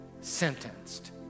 sentenced